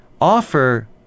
offer